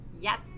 Yes